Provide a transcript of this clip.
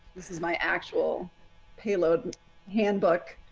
this is my actual payload handbook